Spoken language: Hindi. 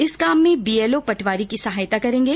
इस काम में बीएलओ पटवारी की सहायता करेगें